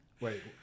Wait